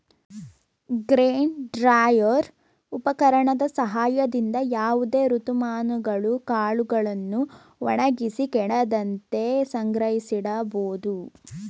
grain dryer ಉಪಕರಣದ ಸಹಾಯದಿಂದ ಯಾವುದೇ ಋತುಮಾನಗಳು ಕಾಳುಗಳನ್ನು ಒಣಗಿಸಿ ಕೆಡದಂತೆ ಸಂಗ್ರಹಿಸಿಡಬೋದು